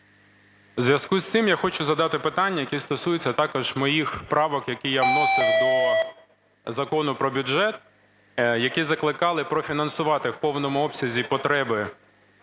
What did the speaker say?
У зв'язку з цим я хочу задати питання, яке стосується також моїх правок, які я вносив до Закону про бюджет, які закликали профінансувати в повному обсязі потреби